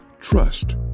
Trust